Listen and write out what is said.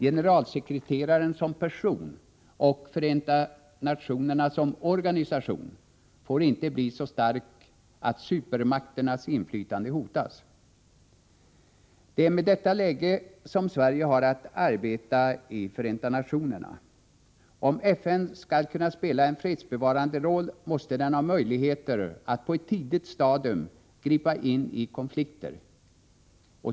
Generalsekreteraren som person och Förenta nationerna som organisation får inte bli så stark att supermakternas inflytande hotas. Det är med detta läge som Sverige har att arbeta i Förenta nationerna. För att kunna spela en fredsbevarande roll måste FN ha möjligheter att på ett tidigt stadium gripa in i konflikter.